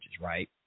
right